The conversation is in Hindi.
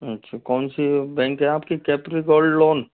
अच्छा कौन सी बैंक है आपकी कैपिटल गोल्ड लोन